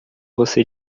você